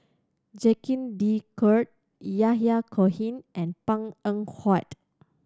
Jacques De Coutre Yahya Cohen and Png Eng Huat